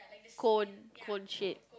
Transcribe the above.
cone cone shape